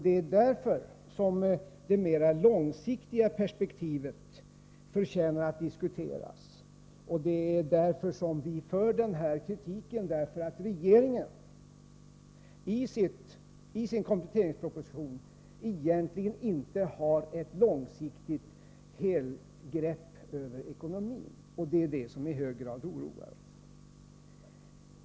Det är därför de mer långsiktiga perspektiven förtjänar att diskuteras. Och det är därför vi framför kritik mot att regeringen i sin kompletteringsproposition egentligen inte har ett helhetsgrepp över ekonomin. Det är det som i hög grad oroar.